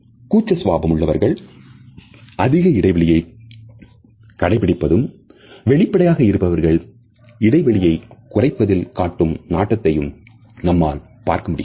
கூச்ச சுபாவம் உள்ளவர்கள் அதிக இடைவெளியை கடைபிடிப்பதும் வெளிப்படையாக இருப்பவர்களை இடைவெளியை குறைப்பதில் காட்டும் நாட்டத்தையும் நம்மால் பார்க்க முடிகிறது